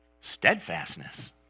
Steadfastness